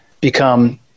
become